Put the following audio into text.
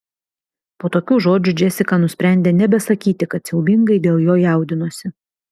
po tokių žodžių džesika nusprendė nebesakyti kad siaubingai dėl jo jaudinosi